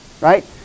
Right